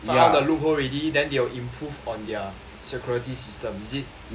find out the loophole already then they will improve on their security system is it ya they will have insight